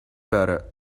butter